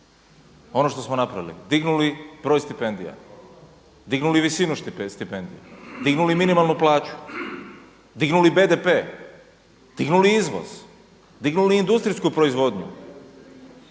Ono što smo napravili – dignuli broj stipendija, dignuli visinu stipendija, dignuli minimalnu plaću, dignuli BDP, dignuli izvoz, dignuli industrijsku proizvodnju.